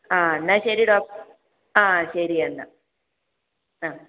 ആ എന്നാൽ ശരി ഡോക്ടറെ ആ ശരിയെന്നാൽ ആ